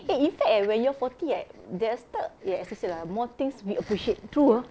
eh in fact eh when you're forty right there's start you assess it eh more things we appreciate true ah